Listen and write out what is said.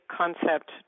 concept